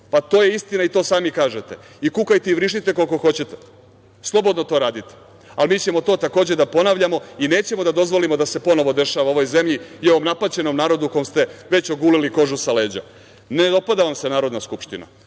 To je istina i to sami kažete. Kukajte i vrištite koliko hoćete. Slobodno to radite, a mi ćemo to, takođe, da ponavljamo i nećemo da dozvolimo da se ponovo dešava ovoj zemlji i ovom napaćenom narodu kom ste već ogulili kožu sa leđa. Ne dopada vam se Narodna skupština